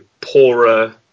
poorer